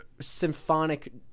symphonic